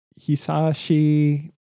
Hisashi